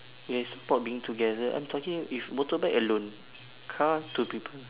ya I support being together I'm talking if motorbike alone car two people